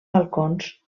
balcons